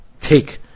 take